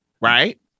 right